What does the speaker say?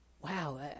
Wow